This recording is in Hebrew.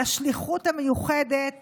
על השליחות המיוחדת